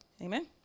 amen